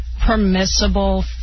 permissible